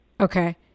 Okay